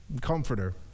comforter